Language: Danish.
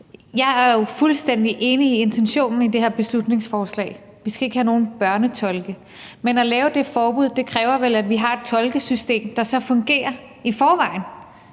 Jeg er fuldstændig enig i intentionen i det her beslutningsforslag. Vi skal ikke have nogen børnetolke. Men at lave det forbud kræver vel, at vi har et tolkesystem, der fungerer i forvejen,